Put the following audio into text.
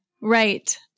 Right